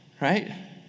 Right